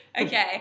Okay